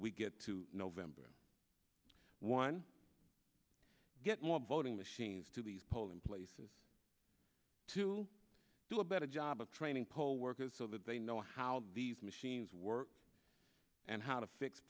we get to november one get more voting machines to these polling places to do a better job of training poll workers so that they know how these machines work and how to fix